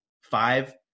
five